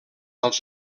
als